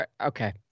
okay